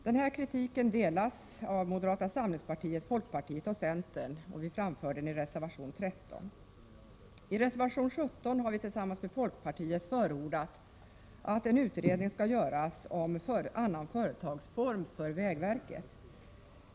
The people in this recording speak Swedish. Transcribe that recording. Denna kritik delas av moderata samlingspartiet, folkpartiet och centern, och vi framför den i reservation 13. I reservation 17 har vi tillsammans med folkpartiet förordat att en utredning skall göras om en annan företagsform för vägverket.